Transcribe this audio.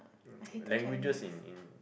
um languages in in